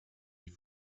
ich